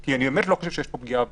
אני באמת לא חושב שיש פה פגיעה בריאותית.